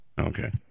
Okay